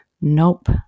Nope